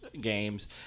games